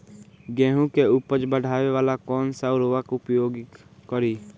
गेहूँ के उपज बढ़ावेला कौन सा उर्वरक उपयोग करीं?